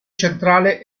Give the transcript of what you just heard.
centrale